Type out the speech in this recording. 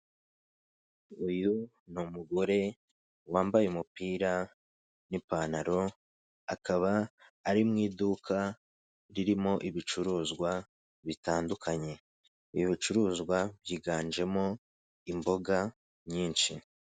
Uyu ni umugore wambaye umupira n'ipantaro, akaba ari mu iduka ririmo ibicuruzwa bitandukanye, ibi bicuruzwa byiganjemo imboga nyinshi.